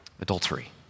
adultery